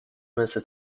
مثل